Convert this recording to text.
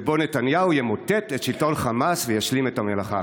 ובו נתניהו ימוטט את שלטון חמאס וישלים את המלאכה.